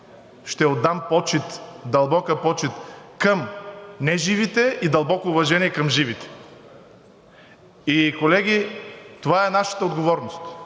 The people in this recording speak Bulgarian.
почит, дълбока почит към неживите и дълбоко уважение към живите. И колеги, това е нашата отговорност